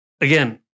again